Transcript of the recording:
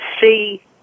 see